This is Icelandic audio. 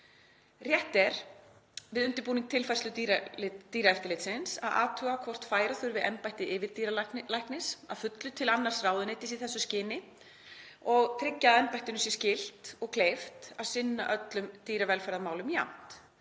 Rétt er við undirbúning tilfærslu dýraeftirlits að athuga hvort færa þurfi embætti yfirdýralæknis að fullu til annars ráðuneytis í þessu skyni og tryggja að embættinu sé skylt og kleift að sinna öllum dýravelferðarmálum jafnt,